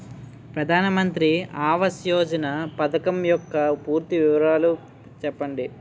ప్రధాన మంత్రి ఆవాస్ యోజన పథకం యెక్క పూర్తి వివరాలు చెప్పండి?